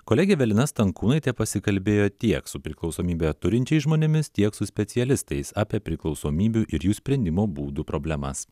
kolegė evelina stankūnaitė pasikalbėjo tiek su priklausomybę turinčiais žmonėmis tiek su specialistais apie priklausomybių ir jų sprendimo būdų problemas